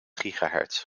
gigahertz